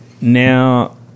Now